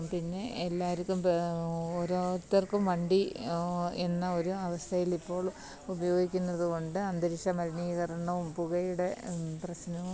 പിന്നെ എല്ലാവർക്കും ഓരോത്തർക്കും വണ്ടി എന്ന ഒരു അവസ്ഥയിലിപ്പോൾ ഉപയോഗിക്കുന്നത് കൊണ്ട് അന്തരീക്ഷം മലിനീകരണവും പുകയുടെ പ്രശ്നവും